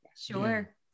sure